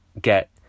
get